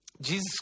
Jesus